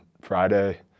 Friday